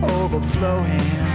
overflowing